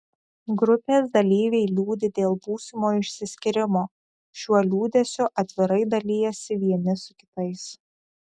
grupės dalyviai liūdi dėl būsimo išsiskyrimo šiuo liūdesiu atvirai dalijasi vieni su kitais